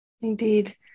Indeed